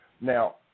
Now